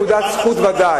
יש לו נקודת זכות ודאי,